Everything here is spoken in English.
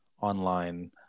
online